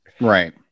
Right